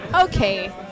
Okay